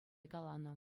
каланӑ